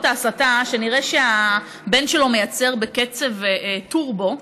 ההסתה שנראה שהבן שלו מייצר בקצב טורבו,